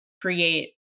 create